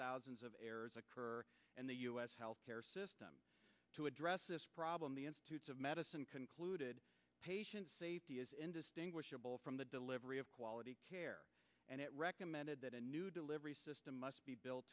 thousands of errors occur in the u s healthcare system to address this problem the institutes of medicine concluded patient safety is indistinguishable from the delivery of quality care and it recommended that a new delivery system must be built